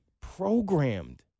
programmed